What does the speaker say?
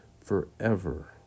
forever